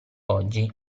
oggi